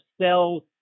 cells